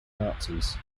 nazis